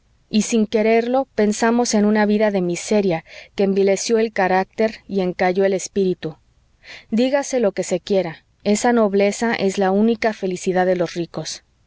y sin quererlo pensamos en una vida de miseria que envileció el carácter y encanalló el espíritu dígase lo que se quiera esa nobleza es la única felicidad de los ricos